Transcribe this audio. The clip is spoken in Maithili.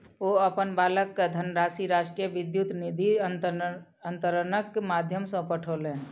ओ अपन बालक के धनराशि राष्ट्रीय विद्युत निधि अन्तरण के माध्यम सॅ पठौलैन